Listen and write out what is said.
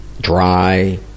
dry